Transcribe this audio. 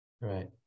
Right